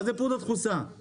מה זה פודרה דחוסה?